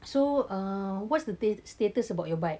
so uh what's the status about your bike